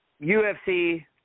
UFC